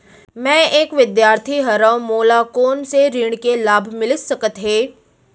मैं एक विद्यार्थी हरव, मोला कोन से ऋण के लाभ मिलिस सकत हे?